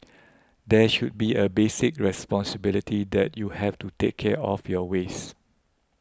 there should be a basic responsibility that you have to take care of your waste